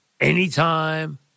anytime